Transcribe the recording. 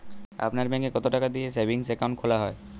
আপনার ব্যাংকে কতো টাকা দিয়ে সেভিংস অ্যাকাউন্ট খোলা হয়?